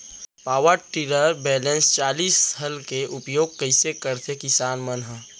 Power tiller बैलेंस चालित हल के उपयोग कइसे करथें किसान मन ह?